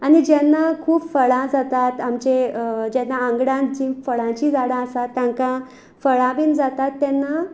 आनी जेन्ना खूब फळां जातात आमचे जेन्ना आंगडात जीं फळांचीं झाडां आसात तांकां फळां बीन जातात तेन्ना